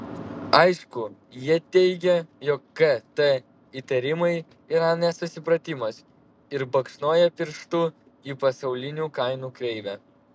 aišku jie teigia jog kt įtarimai yra nesusipratimas ir baksnoja pirštu į pasaulinių kainų kreivę